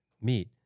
meet